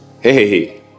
hey